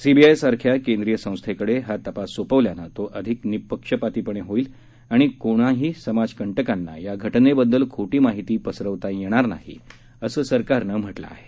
C B I सारख्या केंद्रीय संस्थे कडे हा तपास सोपवल्यानं तो अधिक निःपक्षपाती होईल आणि कोणाही समाजकंटकांना या घटनेबद्दल खोटी माहिती पसरवता येणार नाही असं सरकारने म्हटलं आहे